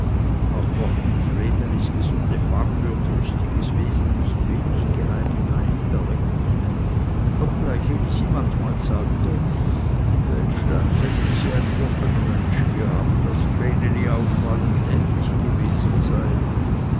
auch mochten vrenelis gesunde farbe und rüstiges wesen nicht wenig geheimen neid erwecken obgleich elisi manchmal sagte im weltschland hätten sie ein wochenmönsch gehabt das vreneli auffallend ähnlich gewesen sei